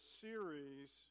series